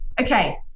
Okay